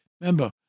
remember